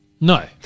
No